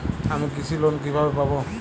আমি কৃষি লোন কিভাবে পাবো?